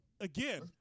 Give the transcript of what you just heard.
again